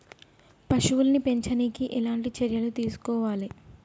పశువుల్ని పెంచనీకి ఎట్లాంటి చర్యలు తీసుకోవాలే?